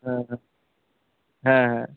ᱦᱮᱸ ᱦᱮᱸ ᱦᱮᱸ